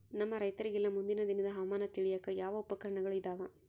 ನಮ್ಮ ರೈತರಿಗೆಲ್ಲಾ ಮುಂದಿನ ದಿನದ ಹವಾಮಾನ ತಿಳಿಯಾಕ ಯಾವ ಉಪಕರಣಗಳು ಇದಾವ?